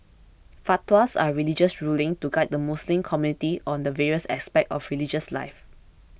fatwas are religious rulings to guide the Muslim community on the various aspects of religious life